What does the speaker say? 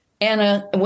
Anna